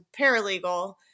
paralegal